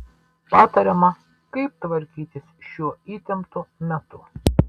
patariama kaip tvarkytis šiuo įtemptu metu